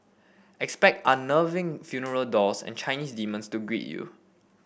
expect unnerving funeral dolls and Chinese demons to greet you